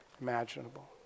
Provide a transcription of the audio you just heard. imaginable